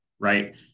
right